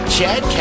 Chad